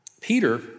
Peter